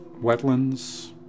Wetlands